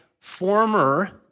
former